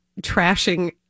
trashing